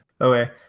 Okay